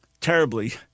terribly